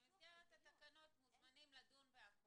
במסגרת התקנות זה פתוח לדיון.